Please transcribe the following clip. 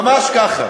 ממש ככה.